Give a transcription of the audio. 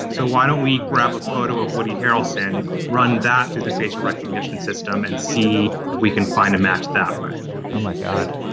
so why don't we grab a photo of woody harrelson? run that through the facial recognition system and see if we can find a match that oh, my god.